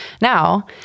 Now